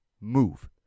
move